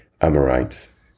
Amorites